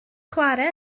chwarae